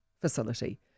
facility